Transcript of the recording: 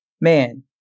man